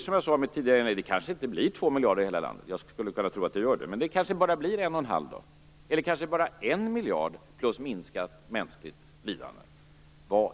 Som jag sade i mitt tidigare inlägg, kanske det inte blir 2 miljarder i hela landet. Jag tror att det blir det, men det kan också bli bara 1 1⁄2 eller 1 miljard, plus minskat mänskligt lidande.